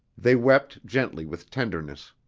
they wept gently with tenderness.